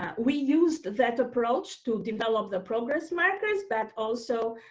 we used that approach to develop the progress markers, but also,